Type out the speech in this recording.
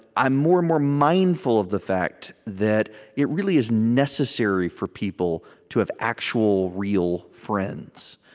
i'm more and more mindful of the fact that it really is necessary for people to have actual, real friends.